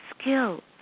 skills